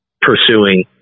pursuing